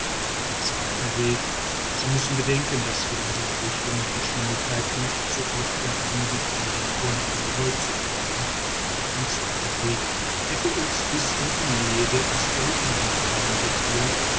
ein zweiter weg sie müssen bedenken daß wir unsre richtung und geschwindigkeit nicht so oft und beliebig ändern konnten wie heutzutage ein zweiter weg hätte uns bis in die nähe der asteroidenbahnen geführt